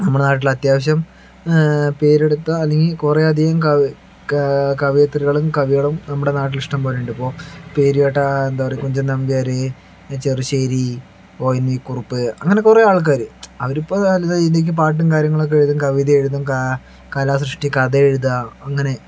നമ്മളുടെ നാട്ടില് അത്യാവശ്യം പേരെടുത്ത അല്ലെങ്കിൽ കുറെ അധികം ക കവയത്രികളും കവികളും നമ്മുടെ നാട്ടില് ഇഷ്ടം പോലെയുണ്ട് ഇപ്പോൾ പേര് കേട്ട എന്താ പറയുക കുഞ്ചന് നമ്പ്യാര് പിന്നെ ചെറുശ്ശേരി ഓ എന് വി കുറുപ്പ് അങ്ങനെ കുറേ ആള്ക്കാർ അവരിപ്പോൾ ഇതിലേക്ക് പാട്ടും കാര്യങ്ങളൊക്കെ എഴുതും കവിത എഴുതും കലാസൃഷ്ടി കഥ എഴുതുക അങ്ങനെ